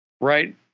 right